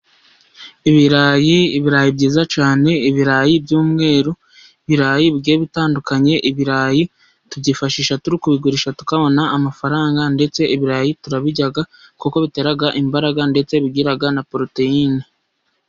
Ibirayi, ibirayi byiza cyane, ibirayi by'umweru, ibirayi bigiye bitandukanye, ibirayi tubyifashisha turi kubigurisha, tukabona amafaranga ndetse ibirayi turabirya, kuko bitera imbaraga ndetse bigira na poroteyine.